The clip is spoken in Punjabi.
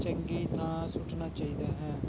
ਚੰਗੀ ਥਾਂ ਸੁੱਟਣਾ ਚਾਹੀਦਾ ਹੈ